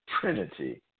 Trinity